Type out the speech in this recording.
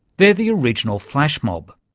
they're the original flash mob.